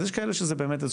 אז יש כאלה שזה באמת,